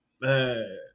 Man